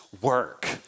work